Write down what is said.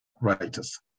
writers